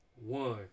one